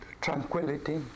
tranquility